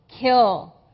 kill